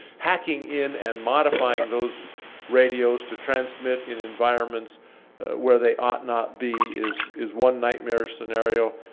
hacking in and modifying those radios to transmit in environments where they ought not be is is one nightmare scenario.